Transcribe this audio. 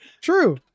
True